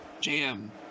jam